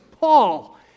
Paul